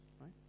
right